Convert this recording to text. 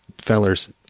feller's